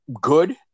good